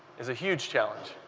is a huge challenge.